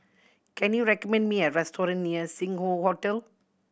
can you recommend me a restaurant near Sing Hoe Hotel